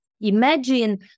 imagine